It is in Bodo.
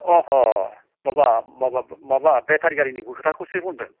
अह' माबा माबा माबा भेतारि गारिनिबो खोथाखौसो बुंदों